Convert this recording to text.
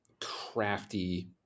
crafty